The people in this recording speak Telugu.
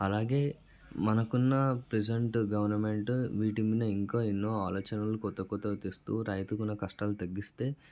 అలాగే మనకున్న ప్రెజెంట్ గవర్నమెంట్ వీటి మీద ఇంకా ఎన్నో ఆలోచనలు క్రొత్త క్రొత్తగా తెస్తూ రైతుకి ఉన్న కష్టాలు తగ్గిస్తే